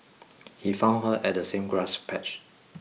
he found her at the same grass patch